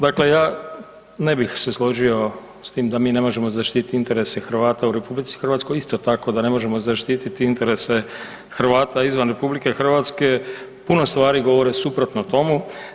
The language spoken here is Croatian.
Dakle ja, ne bih se složio s tim da mi ne možemo zaštititi interes Hrvata u RH, isto tako da ne možemo zaštititi interese Hrvata izvan RH, puno stvari govore suprotno tomu.